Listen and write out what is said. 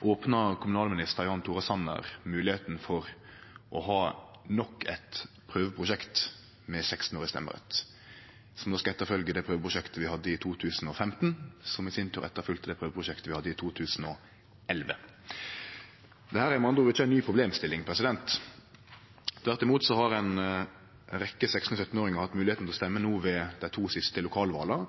opna kommunalminister Jan Tore Sanner opp for ei moglegheit for å ha nok eit prøveprosjekt med stemmerett for 16-åringar, som skal kome etter det prøveprosjektet vi hadde i 2015, som i sin tur kom etter det prøveprosjektet vi hadde i 2011. Dette er med andre ord ikkje ei ny problemstilling. Tvert imot har ei rekkje 16- og 17-åringar hatt moglegheit til å stemme ved dei to siste lokalvala,